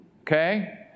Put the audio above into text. okay